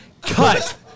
Cut